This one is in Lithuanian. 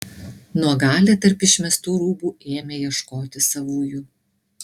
nuogalė tarp išmestų rūbų ėmė ieškoti savųjų